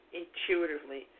intuitively